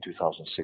2006